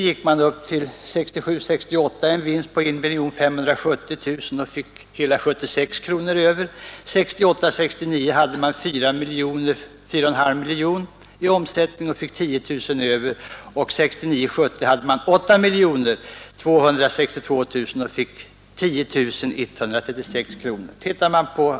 1967 69 var omsättningen 4 544 000 kronor och vinsten 10 457 kronor, och 1969/70 var omsättningen 8 262 000 kronor och vinsten 10 136 kronor.